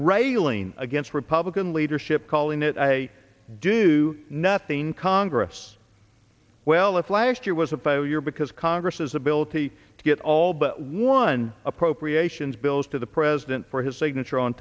healing against republican leadership calling it a do nothing congress well this last year was a failure because congress's ability to get all but one appropriations bills to the president for his signature on